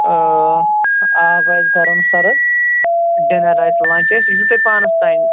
ٲں آب آسہِ گَرٕم سَرٕد ڈِنَر آسہِ لَنٛچ آسہِ یہِ چھُو تۄہہِ پانَس تانۍ